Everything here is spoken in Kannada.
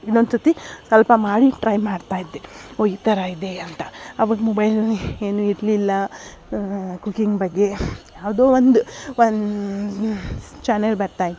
ಇನ್ನೊಂದ್ಸತಿ ಸ್ವಲ್ಪ ಮಾಡಿ ಟ್ರೈ ಮಾಡ್ತಾ ಇದ್ದೆ ಹೊ ಈ ಥರ ಇದೆ ಅಂತ ಆವಾಗ ಮೊಬೈಲಲ್ಲಿ ಏನೂ ಇರಲಿಲ್ಲ ಕುಕಿಂಗ್ ಬಗ್ಗೆ ಯಾವುದೊ ಒಂದು ಒನ್ ಚಾನಲ್ ಬರ್ತಾ ಇತ್ತು